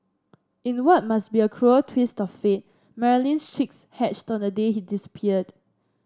in what must be a cruel twist of fate Marilyn's chicks hatched on the day he disappeared